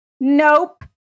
Nope